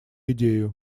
идею